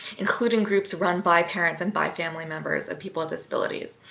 including groups run by parents and by family members of people with disabilities.